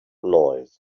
noise